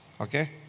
Okay